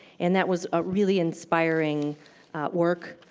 and that was a really inspiring work.